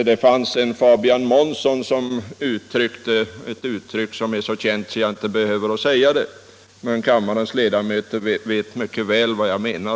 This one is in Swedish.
Det finns ett uttryck som Fabian Månsson använde — ett uttryck som är så känt att jag inte behöver använda det, men kammarens ledamöter vet mycket väl vad jag menar.